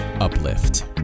UPLIFT